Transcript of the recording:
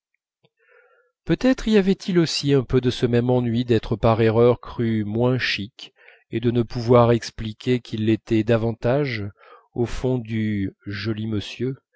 peut-être y avait-il aussi un peu de ce même ennui d'être par erreur crus moins chic et de ne pouvoir expliquer qu'ils l'étaient davantage au fond du joli monsieur